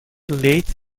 lathe